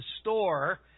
store